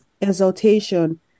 exaltation